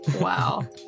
Wow